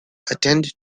attend